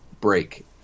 break